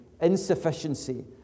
insufficiency